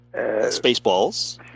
Spaceballs